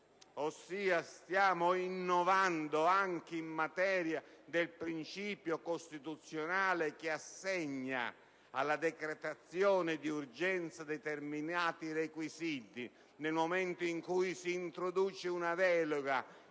ossia stiamo innovando anche in materia del principio costituzionale che assegna alla decretazione d'urgenza determinati requisiti. Nel momento in cui si introduce una delega